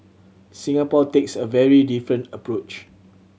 Singapore takes a very different approach